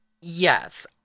Yes